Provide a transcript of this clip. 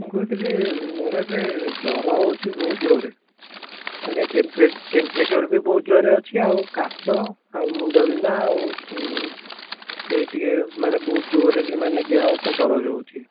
ମୁଁ କହୁଥିଲି ମୋର ଏବେ ଜ୍ୱର ହେଉଛି ବହୁତ୍ ଜୋରେ ମାନେ ଟେମ୍ପ୍ରେଚର ବି ବହୁତ୍ ଜୋରେ ଅଛି ଆଉ କାଶ ଆଉ ମୁଣ୍ଡବିନ୍ଧା ଆଉ ସେଇ ଟିକିଏ ମାନେ ବହୁତ୍ ଜୋରେ ବି ମାନେ ଦେହ ହାତ ଦରଜ ହେଉଛି